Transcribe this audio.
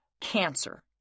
cancer